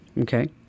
Okay